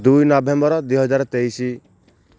ଦୁଇ ନଭେମ୍ବର ଦୁଇ ହଜାର ତେଇଶି